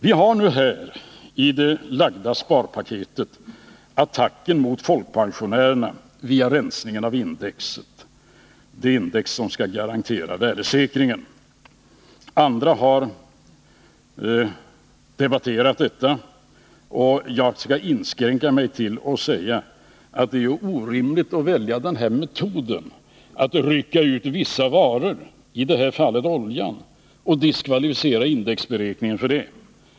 Vi har nu i det framlagda sparpaketet attacken mot folkpensionärerna via rensningen av indexet, det index som skall garantera värdesäkringen. Andra har debatterat detta, och jag skall inskränka mig till att säga att det är orimligt att välja metoden att rycka ut vissa varor, i detta fall oljan, och diskvalificera indexberäkningen med hänsyn härtill.